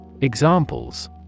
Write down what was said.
Examples